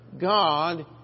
God